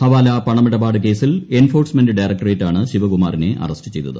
ഹവാല പണമിടപാട് കേസിൽ എൻഫോഴ്സ്മെന്റ് ഡയറക്ടറേറ്റാണ് ശിവകുമാറിനെ അറസ്റ്റ് ചെയ്തത്